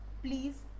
Please